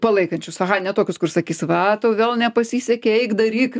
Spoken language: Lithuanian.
palaikančius ne tokius kur sakys va tau vėl nepasisekė eik daryk